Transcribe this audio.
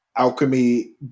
Alchemy